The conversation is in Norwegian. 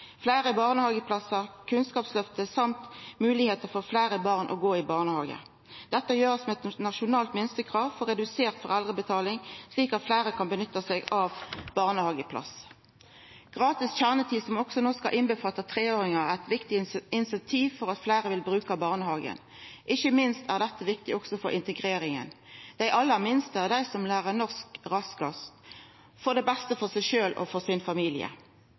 fleire barnehageplassar, Kunnskapsløftet og moglegheiter for fleire barn til å gå i barnehage. Dette blir gjort med eit nasjonalt minstekrav for redusert foreldrebetaling, slik at fleire kan nytta seg av barnehageplass. Gratis kjernetid, som no også skal omfatta treåringar, er eit viktig incentiv for at fleire vil bruka barnehagen. Ikkje minst er dette viktig for integreringa. Dei aller minste er dei som lærar norsk raskast, til det beste for seg sjølv og